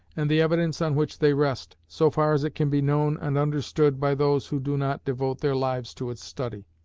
and the evidence on which they rest, so far as it can be known and understood by those who do not devote their lives to its study.